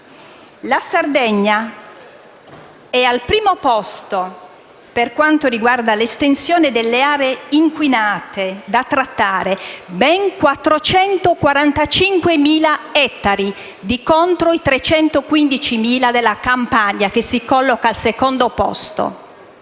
La Sardegna è al primo posto per quanto riguarda l'estensione delle aree inquinate da trattare: ben 445.000 ettari di contro i 315.000 della Campania, che si colloca al secondo posto.